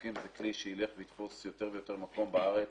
המסוקים זה כלי שילך ויתפוס יותר ויותר מקום בארץ